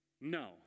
no